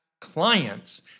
clients